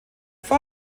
vor